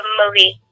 movie